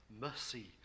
mercy